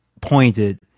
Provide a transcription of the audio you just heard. pointed